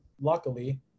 luckily